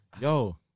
yo